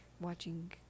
watching